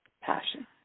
passion